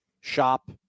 shop